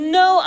no